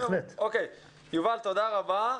יובל, תודה רבה.